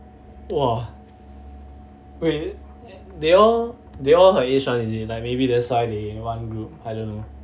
!wah! wait they all they all her age one is it like maybe that's why they one group I don't know